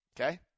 Okay